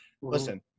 Listen